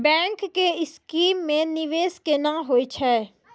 Bank के scheme मे निवेश केना होय छै?